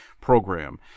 program